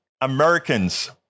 Americans